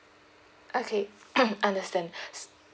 okay understand